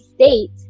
State